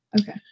okay